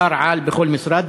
שר-על בכל משרד,